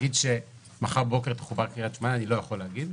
להגיד שמחר בבוקר תחובר קרית שמונה אני לא יכול להגיד,